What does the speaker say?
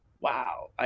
wow